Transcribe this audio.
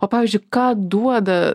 o pavyzdžiui ką duoda